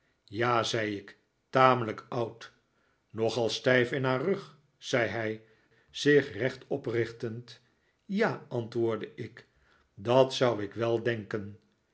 ja zei ik tamelijk oud nogal stijf in haar rug zei hij zich recht oprichtend ja antwoordde ik dat zou ik wel denken